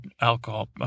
alcohol